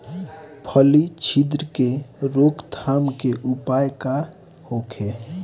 फली छिद्र से रोकथाम के उपाय का होखे?